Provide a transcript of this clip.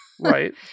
Right